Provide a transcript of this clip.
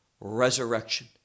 resurrection